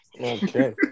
Okay